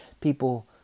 people